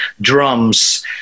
drums